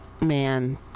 man